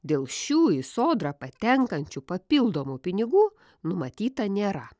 dėl šių į sodrą patenkančių papildomų pinigų numatyta nėra